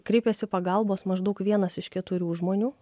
kreipėsi pagalbos maždaug vienas iš keturių žmonių